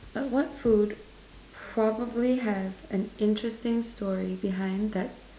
uh what food probably has an interesting story behind that